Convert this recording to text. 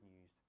news